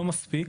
לא מספיק.